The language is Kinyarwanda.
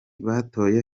batoye